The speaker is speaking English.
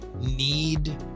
need